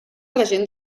regent